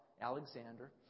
Alexander